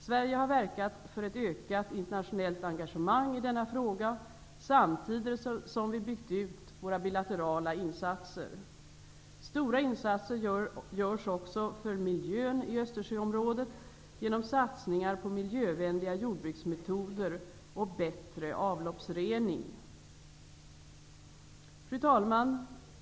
Sverige har verkat för ett ökat internationellt engagemang i denna fråga samtidigt som vi byggt ut våra bilaterala insatser. Stora insatser görs också för miljön i Östersjöområdet genom satsningar på miljövänliga jordbruksmetoder och bättre avloppsrening. Fru talman!